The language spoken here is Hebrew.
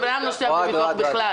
שאדם נוסע בלי ביטוח בכלל.